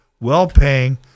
well-paying